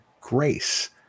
grace